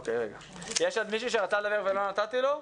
כי אנחנו צריכים --- יש עוד מישהו שרצה לדבר ולא נתתי לו?